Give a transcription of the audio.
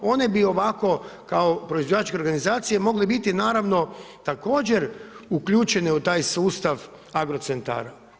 One bi ovako kao proizvođačke organizacije mogle biti naravno također uključene u taj sustav Agrocentara.